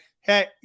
Hey